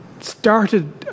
started